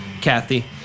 Kathy